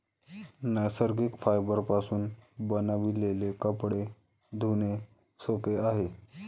नैसर्गिक फायबरपासून बनविलेले कपडे धुणे सोपे आहे